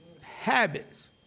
Habits